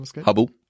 Hubble